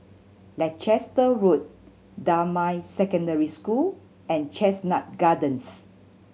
Leicester Road Damai Secondary School and Chestnut Gardens